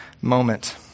moment